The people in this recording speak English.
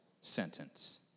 sentence